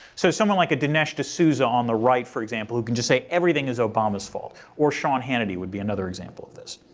so someone like a dinesh d'souza on the right for example, who can just say everything is obama's fault or sean hannity would be another example of this.